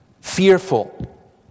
fearful